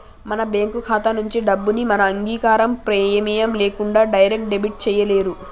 మన బ్యేంకు ఖాతా నుంచి డబ్బుని మన అంగీకారం, ప్రెమేయం లేకుండా డైరెక్ట్ డెబిట్ చేయలేరు